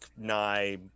nye